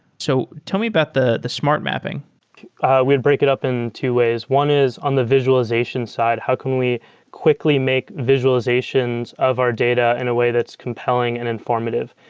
so tell me about the the smart mapping we'll break it up in two ways. one is on the visualization side. how can we quickly make visualizations of our data in a way that's compelling and informative?